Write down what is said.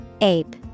Ape